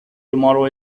tomorrow